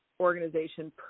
organization